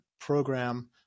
program